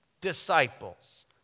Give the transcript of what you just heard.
disciples